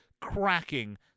cracking